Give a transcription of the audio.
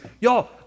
Y'all